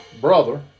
brother